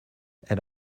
elle